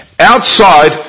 outside